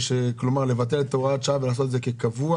כלומר לבטל את הוראת השעה ולעשות את זה קבוע,